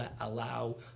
allow